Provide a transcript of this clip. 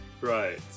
Right